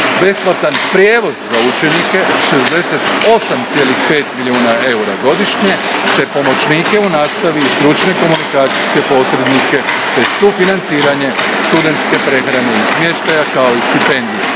besplatan prijevoz za učenike, 68,5 milijuna eura godišnje te pomoćnike u nastavi i stručne komunikacijske posrednike te sufinanciranje studentske prehrane i smještaja, kao i stipendije.